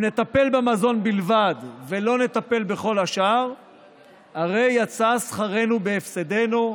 אם נטפל במזון בלבד ולא נטפל בכל השאר הרי יצא שכרנו בהפסדנו.